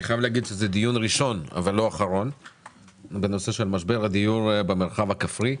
אני חייב לומר שזה דיון ראשון בנושא של משבר הדיור במרחב הכפרי,